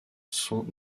sont